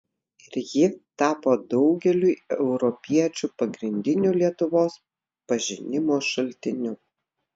ir ji tapo daugeliui europiečių pagrindiniu lietuvos pažinimo šaltiniu